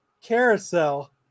carousel